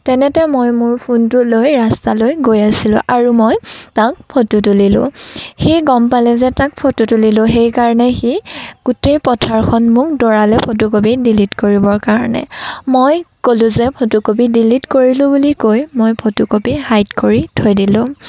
তেনেতে মই মোৰ ফোনটো লৈ ৰাস্তালৈ গৈ আছিলোঁ আৰু মই তাক ফটো তুলিলোঁ সি গম পালে যে তাক ফটো তুলিলোঁ সেইকাৰণে সি গোটেই পথাৰখন মোক দৌৰালে ফটোকপি ডিলিট কৰিবৰ কাৰণে মই ক'লোঁ যে ফটোকপি ডিলিট কৰিলোঁ বুলি কৈ মই ফটোকপি হাইড কৰি থৈ দিলোঁ